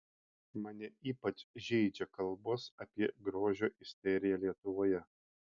mane ypač žeidžia kalbos apie grožio isteriją lietuvoje